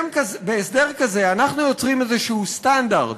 בהסדר הזה אנחנו יוצרים איזשהו סטנדרט